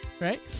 right